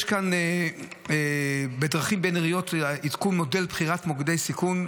יש כאן בדרכים בין-עירוניות עדכון מודל בחירת מוקדי סיכון.